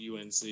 unc